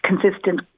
consistent